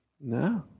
No